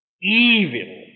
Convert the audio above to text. Evil